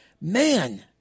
man